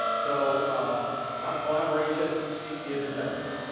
so collaboration is essential.